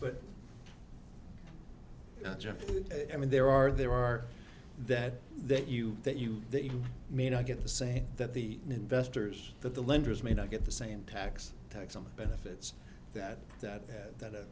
jeff i mean there are there are that that you that you that you may not get the same that the investors that the lenders may not get the same tax tax on the benefits that that the th